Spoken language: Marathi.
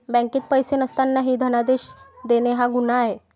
बँकेत पैसे नसतानाही धनादेश देणे हा गुन्हा आहे